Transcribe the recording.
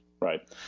Right